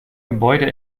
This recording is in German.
gebäude